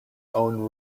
own